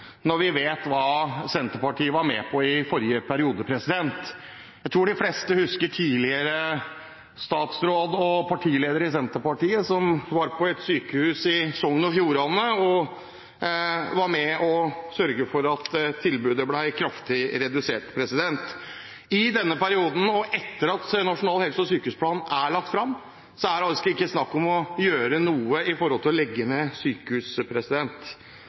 når vi vet hva Senterpartiet var med på i forrige periode. Jeg tror de fleste husker at en tidligere statsråd og partileder i Senterpartiet, som besøkte et sykehus i Sogn og Fjordane, var med og sørget for at tilbudet ble kraftig redusert. I denne perioden og etter at Nasjonal helse- og sykehusplan er lagt fram, er det faktisk ikke snakk om å gjøre noe for å legge ned sykehus.